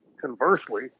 Conversely